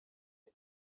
ngo